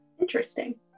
interesting